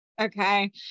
okay